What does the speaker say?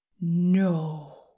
No